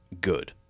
good